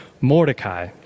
Mordecai